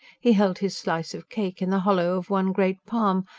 he held his slice of cake in the hollow of one great palm,